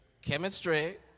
Chemistry